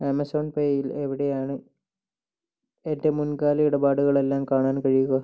Amazon പേയിൽ എവിടെയാണ് എൻ്റെ മുൻകാല ഇടപാടുകളെല്ലാം കാണാൻ കഴിയുക